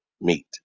meet